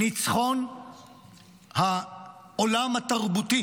ניצחון העולם התרבותי